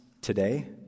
today